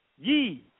Ye